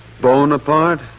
Bonaparte